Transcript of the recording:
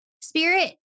Spirit